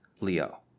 Leo